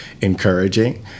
encouraging